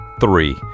Three